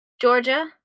georgia